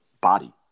body